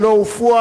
הלוא הוא פואד.